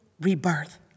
rebirth